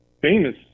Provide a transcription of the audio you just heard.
famous